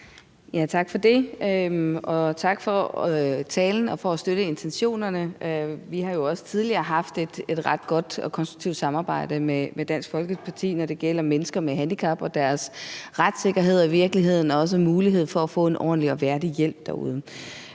Tak for det, og tak for talen og for at støtte intentionerne. Vi har jo også tidligere haft et ret godt og konstruktivt samarbejde med Dansk Folkeparti, når det gælder mennesker med handicap og deres retssikkerhed og i virkeligheden også mulighed for at få en ordentlig og værdig hjælp derude.